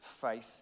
faith